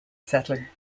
settler